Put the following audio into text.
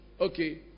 Okay